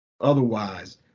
Otherwise